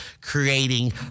creating